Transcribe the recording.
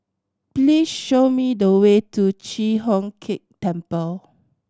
please show me the way to Chi Hock Keng Temple